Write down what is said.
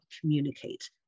communicate